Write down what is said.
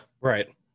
Right